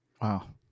Wow